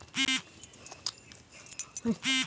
धान्यांका कीड लागू नये म्हणून त्याका काय लावतत?